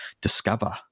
discover